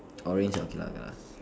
orange ah okay lah K lah